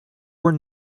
were